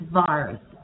virus